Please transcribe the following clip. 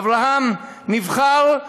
אברהם, נבחר.